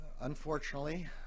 unfortunately